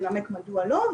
בוקר טוב שוב אפי.